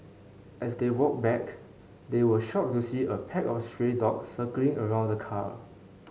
as they walked back they were shocked to see a pack of stray dogs circling around the car